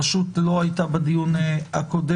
הרשות לא הייתה בדיון הקודם,